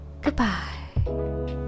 goodbye